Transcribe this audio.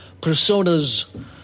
personas